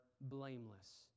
blameless